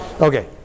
Okay